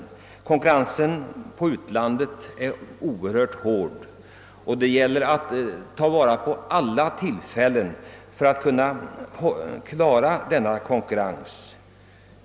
Det råder ju en synnerligen hård konkurrens på utlandsmarknaden, och det gäller att ta vara på alla tillfällen att hävda sig i denna konkurrens.